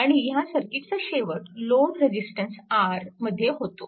आणि ह्या सर्किटचा शेवट लोड रेजिस्टन्स R मध्ये होतो